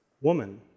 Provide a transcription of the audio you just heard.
woman